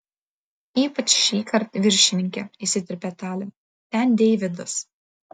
ypač šįkart viršininke įsiterpė talė ten deividas